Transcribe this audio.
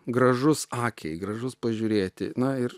gražus akiai gražus pažiūrėti na ir